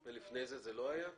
לפני זה זה לא היה?